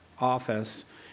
office